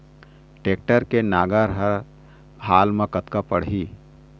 Tractor के नांगर हर हाल मा कतका पड़िही?